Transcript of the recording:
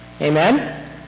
Amen